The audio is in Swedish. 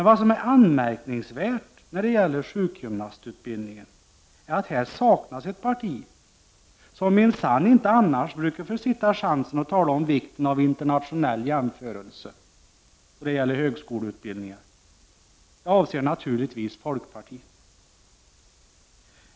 Vad som är anmärkningsvärt när det gäller sjukgymnastutbildningen är att det i detta sammanhang saknas ett parti, ett parti som minsann inte annars brukar försitta chansen att tala om vikten av internationella jämförelser i fråga om högskoleutbildning. Jag avser naturligtvis folkpartiet.